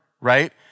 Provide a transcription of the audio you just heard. right